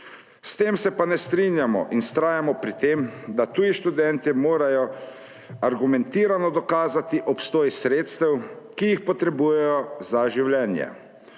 S tem se pa ne strinjamo in vztrajamo pri tem, da tuji študentje morajo argumentirano dokazati obstoj sredstev, ki jih potrebujejo za življenje.